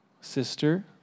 sister